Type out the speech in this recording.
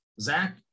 Zach